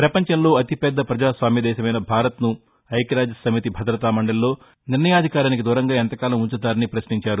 పపంచంలో అతిపెద్ద ప్రజాస్వామ్య దేశమైన భారత్ను ఐక్యరాజ్య సమితి భద్రతా మండలిలో నిర్ణయాధికారానికి దూరంగా ఎంత కాలం ఉంచుతారని ప్రశ్నించారు